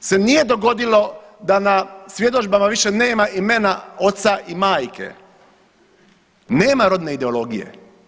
se nije dogodilo da na svjedodžbama više nema imena oca i majke, nema rodne ideologije.